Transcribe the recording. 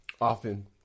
often